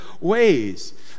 ways